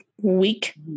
week